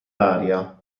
aria